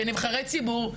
כנבחרי ציבור,